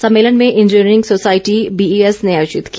सम्मेलन का engineering society BES ने आयोजित किया